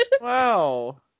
Wow